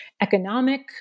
economic